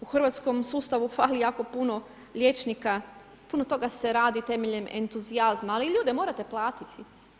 U hrvatskom sustavu fali jako puno liječnika, puno toga se radi temeljem entuzijazma ali ljude morate platiti.